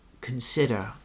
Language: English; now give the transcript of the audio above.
consider